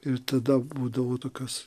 ir tada būdavo tokios